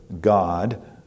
God